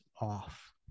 off